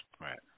Right